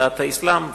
דת האסלאם,